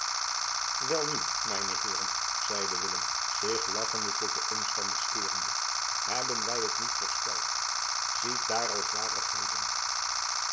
welnu mijne heeren zeide willem zich lachende tot de omstanders keerende hebben wij het niet voorspeld zietdaar al zwarigheden